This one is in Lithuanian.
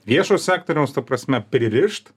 viešo sektoriaus ta prasme pririšt